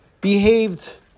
behaved